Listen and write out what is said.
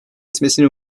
etmesini